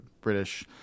British